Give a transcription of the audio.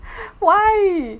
why